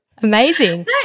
Amazing